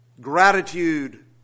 gratitude